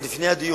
עוד לפני הדיון,